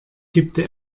kippte